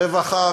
רווחה,